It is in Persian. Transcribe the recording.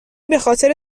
بخاطر